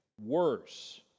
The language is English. worse